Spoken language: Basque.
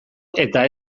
eta